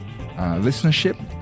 listenership